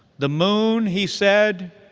the moon, he said.